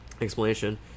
explanation